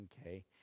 okay